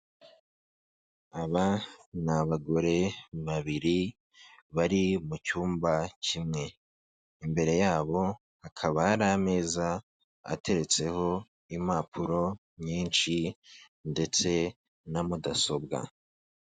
Aba ni abagore babiri bari mu cyumba kimwe, imbere yabo hakaba hari ameza ateretseho impapuro nyinshi ndetse na mudasobwa.